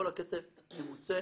כל הכסף ימוצה